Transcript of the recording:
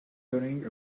wearing